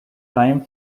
time